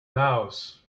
laos